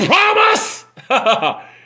promise